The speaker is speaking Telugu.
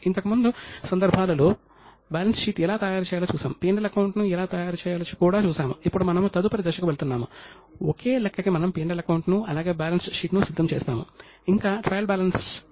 అకౌంటింగ్లో అధికారాన్ని దుర్వినియోగం చేయడం మరియు మోసపూరిత నమోదు కారణంగా ఆర్థిక నివేదికలను తప్పుగా పేర్కొనడం గురించి కౌటిల్యుడు ప్రస్థావించాడు